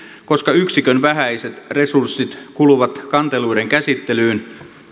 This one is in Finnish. koska yksikön vähäiset resurssit kuluvat kanteluiden käsittelyyn